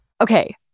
Okay